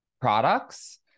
products